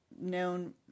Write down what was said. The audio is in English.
known